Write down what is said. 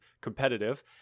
competitive